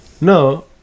No